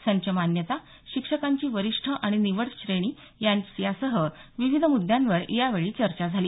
संच मान्यता शिक्षकांची वरिष्ठ आणि निवड श्रेणी यासह विविध मुद्यांवर यावेळी चर्चा झाली